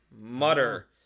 Mutter